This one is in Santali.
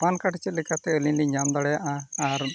ᱯᱮᱱᱠᱟᱨᱰ ᱪᱮᱫ ᱞᱮᱠᱟᱛᱮ ᱟᱞᱤᱧ ᱞᱤᱧ ᱧᱟᱢ ᱫᱟᱲᱮᱭᱟᱜᱼᱟ ᱟᱨ